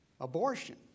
Abortion